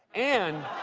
and